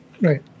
Right